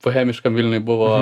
bohemiškam vilniuj buvo